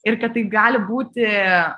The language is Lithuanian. ir kad tai gali būti